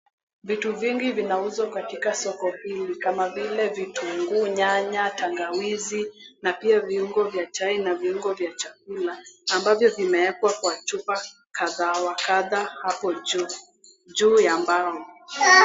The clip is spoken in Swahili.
Vitu vingi vinauzwa katika soko hili kama vile vitunguu, nyanya, tangawizi na pia viungo vya chai na viungo vya chakula ambavyo vimeekwa kwa chupa kadha wa kadha hapo juu, juu ya mbao.